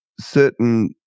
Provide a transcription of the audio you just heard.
certain